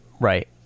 Right